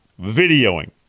videoing